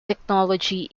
technology